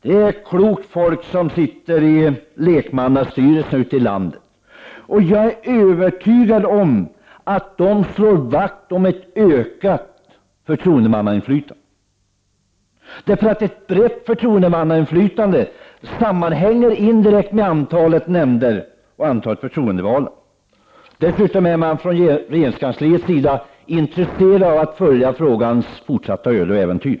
Det är klokt folk som sitter i lekmannastyrelserna ute i landet, och jag är övertygad om att de slår vakt om ett ökat förtroendemannainflytande. Ett brett förtroendemannainflytande sammanhänger indirekt med antalet nämnder och antalet förtroendevalda. Dessutom är man från regeringskansliets sida intresserad av att följa frågans fortsatta öden och äventyr.